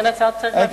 לכן השר צריך להמשיך.